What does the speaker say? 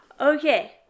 Okay